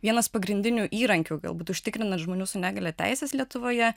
vienas pagrindinių įrankių galbūt užtikrina žmonių su negalia teises lietuvoje